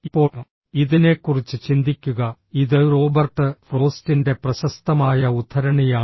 ഇപ്പോൾ ഇതിനെക്കുറിച്ച് ചിന്തിക്കുക ഇത് റോബർട്ട് ഫ്രോസ്റ്റിന്റെ പ്രശസ്തമായ ഉദ്ധരണിയാണ്